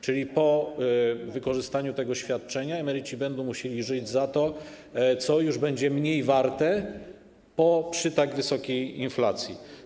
Czyli po wykorzystaniu tego świadczenia emeryci będą musieli żyć za to, co będzie mniej warte przy tak wysokiej inflacji.